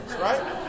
right